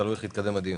תלוי איך יתקדם הדיון.